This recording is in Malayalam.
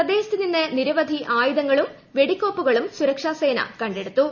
പ്രദേശത്തു നിന്ന് നിർവധി ആയുധങ്ങളും വെടിക്കോപ്പുകളും സുരക്ഷാസേന കണ്ടെടുത്തു